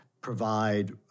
provide